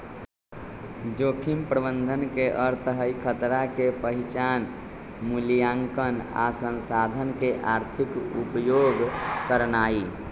जोखिम प्रबंधन के अर्थ हई खतरा के पहिचान, मुलायंकन आ संसाधन के आर्थिक उपयोग करनाइ